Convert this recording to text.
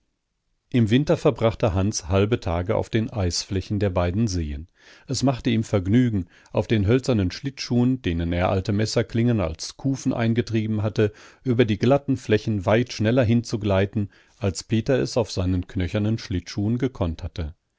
im winter verbrachte hans halbe tage auf den eisflächen der beiden seen es machte ihm vergnügen auf den hölzernen schlittschuhen denen er alte messerklingen als kufen eingetrieben hatte über die glatten flächen weit schneller hinzugleiten als peter es auf seinen knöchernen schlittschuhen gekonnt hatte